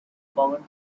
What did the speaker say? forgot